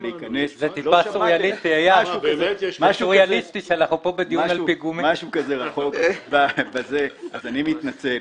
טיפה סוריאליסטי אייל שאנחנו פה בדיון על פיגומים --- אז אני מתנצל.